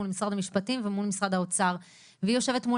מול משרד המשפטים ומול משרד האוצר והיא יושבת מול